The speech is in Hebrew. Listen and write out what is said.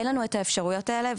אין לנו את האפשרויות האלה,